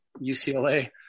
UCLA